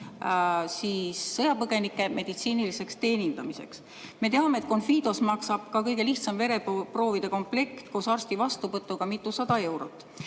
sõjapõgenike meditsiiniliseks teenindamiseks? Me teame, et Confidos maksab ka kõige lihtsam vereproovide komplekt koos arsti vastuvõtuga mitusada eurot.